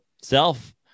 self